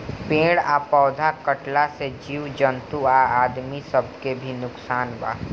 पेड़ आ पौधा कटला से जीव जंतु आ आदमी सब के भी नुकसान बा